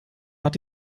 hat